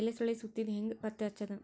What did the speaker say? ಎಲಿ ಸುರಳಿ ಸುತ್ತಿದ್ ಹೆಂಗ್ ಪತ್ತೆ ಹಚ್ಚದ?